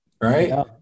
Right